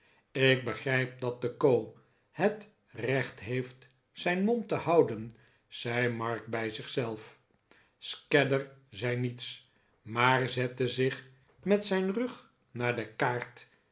ik begrijp dat de co het recht heeft zijn mond te houden zei mark bij zich zelf scadder zei niets maar zette zich met zijn rug naar de kaart